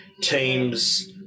teams